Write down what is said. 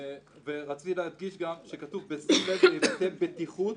רציתי להדגיש גם שכתוב "בשים לב להיבטי בטיחות